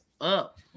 up